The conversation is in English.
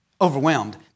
Overwhelmed